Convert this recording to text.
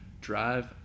drive